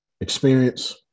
experience